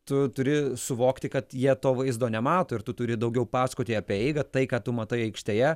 tu turi suvokti kad jie to vaizdo nemato ir tu turi daugiau pasakoti apie eigą tai ką tu matai aikštėje